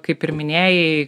kaip ir minėjai